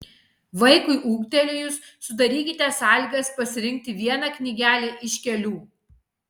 vaikui ūgtelėjus sudarykite sąlygas pasirinkti vieną knygelę iš kelių